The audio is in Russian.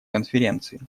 конференции